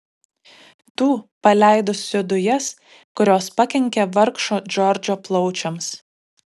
tų paleidusių dujas kurios pakenkė vargšo džordžo plaučiams